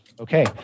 Okay